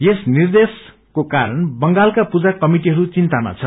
यस निद्रेश कारण बंगालको पूजा कमिटिहरू चिन्तामा छन्